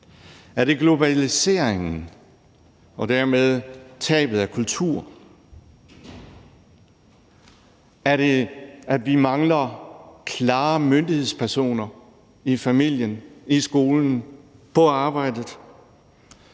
Er det globaliseringen og dermed tabet af kultur? Er det det, at vi mangler klare myndighedspersoner i familien, i skolen, på arbejdet?